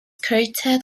credited